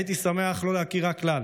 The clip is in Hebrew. הייתי שמח לא להכירה כלל,